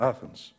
Athens